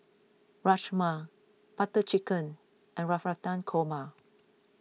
Rajma Butter Chicken and Navratan Korma